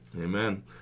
Amen